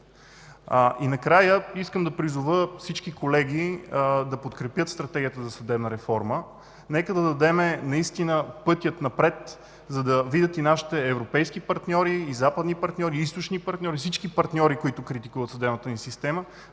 И накрая искам да призова всички колеги да подкрепят Стратегията за съдебна реформа. Нека да дадем пътя напред, за да видят и нашите европейски партньори, и западни партньори, и източни партньори, и всички партньори, които критикуват съдебната ни система,